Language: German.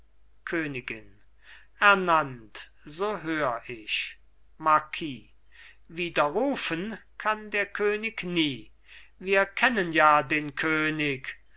königin ernannt so hör ich marquis widerrufen kann der könig nie wir kennen ja den könig